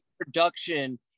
production